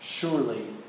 Surely